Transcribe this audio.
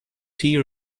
tea